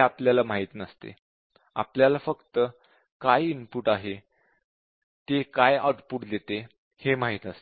आपल्याला माहित नसते आपल्याला फक्त काय इनपुट आहे आणि ते काय आउटपुट देते हे माहित असते